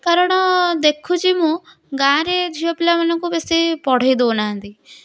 କାରଣ ଦେଖୁଛି ମୁଁ ଗାଁରେ ଝିଅ ପିଲାମାନଙ୍କୁ ବେଶୀ ପଢ଼େଇ ଦେଉନାହାଁନ୍ତି